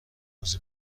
روز